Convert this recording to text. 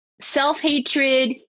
self-hatred